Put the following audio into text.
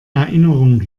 erinnerung